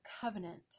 covenant